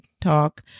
talk